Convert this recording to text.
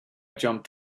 jumped